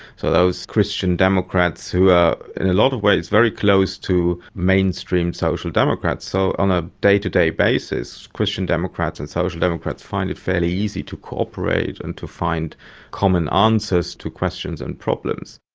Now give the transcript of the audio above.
so those christian democrats are in a lot of ways very close to mainstream social democrats. so, on a day-to-day basis christian democrats and social democrats find it fairly easy to cooperate and to find common answers to questions and problems.